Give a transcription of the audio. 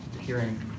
hearing